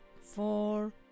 Four